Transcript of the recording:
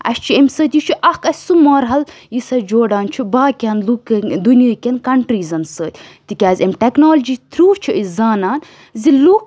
اَسہِ چھُ اَمہِ سۭتۍ یہِ چھُ اکھ اَسہِ سُہ مَرحل یُس اَسہِ جوران چھُ باقیَن لوٗکَن دُنیاکٮ۪ن کَنٹریٖزَن سۭتۍ تِکیٛازِ اَمہِ ٹیٚکنالجی تھرٛوٗ چھِ أسۍ زانان زِ لوٗکھ